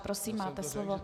Prosím, máte slovo.